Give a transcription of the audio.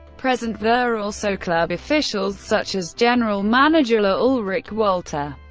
present were also club officials, such as general manager ah ulrich wolter.